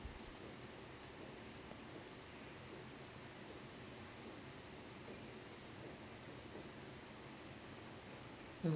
hmm